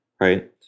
right